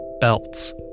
belts